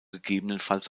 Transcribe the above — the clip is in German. gegebenenfalls